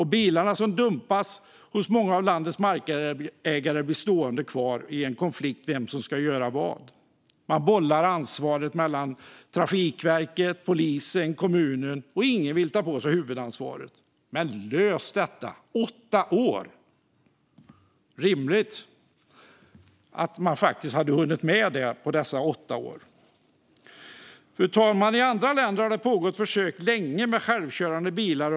Bilarna som dumpas hos många av landets markägare blir stående kvar i en konflikt om vem som ska göra vad. Man bollar ansvaret mellan Trafikverket, polisen och kommunen. Ingen vill ta på sig huvudansvaret. Men lös detta! Åtta år! Det hade varit rimligt att man faktiskt hunnit med det på dessa åtta år. Fru talman! I andra länder har det länge pågått försök med självkörande bilar.